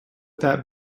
that